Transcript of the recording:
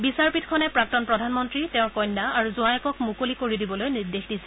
বিচাৰপীঠখনে প্ৰাক্তন প্ৰধানমন্ত্ৰী কন্যা আৰু তেওঁৰ জোৱায়েকক মুকলি কৰি দিবলৈ নিৰ্দেশ দিছে